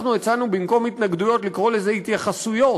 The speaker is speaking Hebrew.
אנחנו הצענו במקום "התנגדויות" לקרוא לזה "התייחסויות".